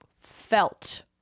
felt